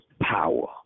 power